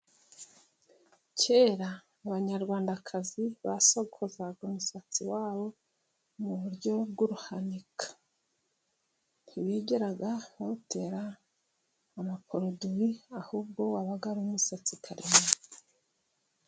Kera abanyarwandakazi basokozaga umusatsi wabo mu buryo bw'uruhanika, ntibigeraga bawutera amaporoduwi, ahubwo wabaga ari umusatsi karemano.